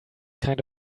kind